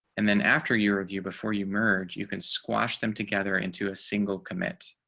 and then after your review before you merge. you can squash them together into a single commit.